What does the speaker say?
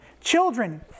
Children